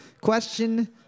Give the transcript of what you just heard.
Question